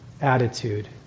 attitude